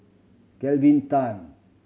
Kelvin Tan